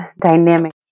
dynamic